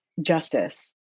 justice